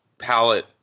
palette